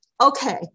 Okay